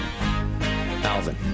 Alvin